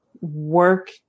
work